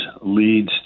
leads